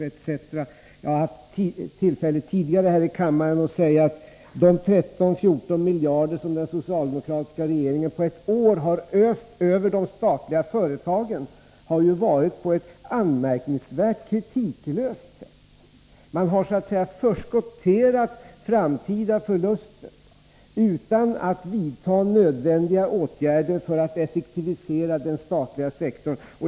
Jag har tidigare haft tillfälle att här i kammaren säga att den socialdemokratiska regeringen under ett år har öst 13-14 miljarder över de statliga företagen på ett anmärkningsvärt kritiklöst sätt. Man har så att säga förskotterat framtida förluster utan att vidta nödvändiga åtgärder för att effektivisera den statliga sektorn.